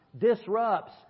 disrupts